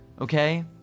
okay